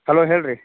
hello ಹೇಳ್ರಿ